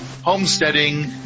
homesteading